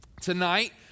Tonight